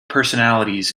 personalities